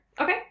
Okay